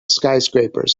skyscrapers